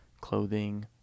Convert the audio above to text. clothing